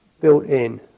built-in